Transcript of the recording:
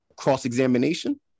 cross-examination